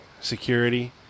Security